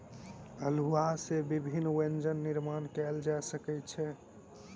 अउलुआ सॅ विभिन्न व्यंजन निर्माण कयल जा सकै छै